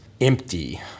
empty